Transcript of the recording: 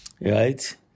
right